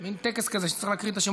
מוותר, חברת הכנסת סתיו שפיר,